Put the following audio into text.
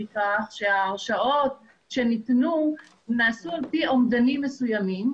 מכיוון שההרשאות שניתנו נעשו לפי אומדנים מסוימים,